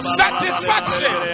satisfaction